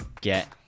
get